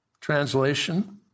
translation